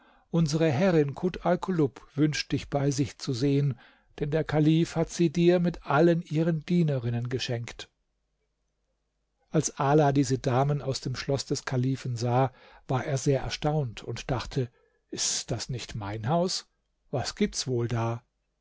unsere herrin kut alkulub wünscht dich bei sich zu sehen denn der kalif hat sie dir mit allen ihren dienerinnen geschenkt als ala diese damen aus dem schloß des kalifen sah war er sehr erstaunt und dachte ist das nicht mein haus was gibt's wohl da